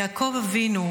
יעקב אבינו,